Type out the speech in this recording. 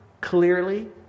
clearly